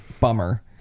bummer